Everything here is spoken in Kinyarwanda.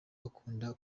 bakunda